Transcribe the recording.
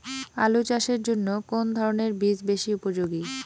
আলু চাষের জন্য কোন ধরণের বীজ বেশি উপযোগী?